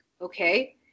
okay